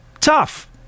Tough